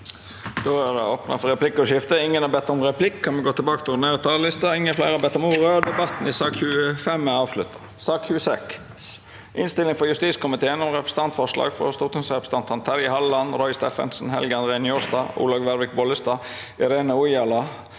stortingsrepresentantene Terje Halleland, Roy Steffensen, Helge André Njåstad, Olaug Vervik Bollestad, Irene Ojala,